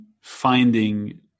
finding